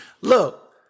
Look